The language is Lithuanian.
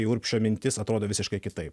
į urbšio mintis atrodo visiškai kitaip